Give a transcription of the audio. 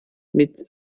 mit